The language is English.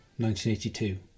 1982